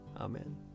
Amen